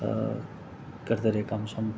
करदे रेह् कम्म शम्म